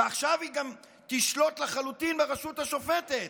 ועכשיו היא גם תשלוט לחלוטין ברשות השופטת.